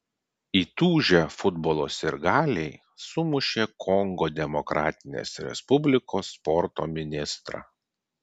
įtūžę futbolo sirgaliai sumušė kongo demokratinės respublikos sporto ministrą